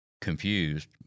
confused